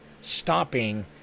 stopping